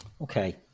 Okay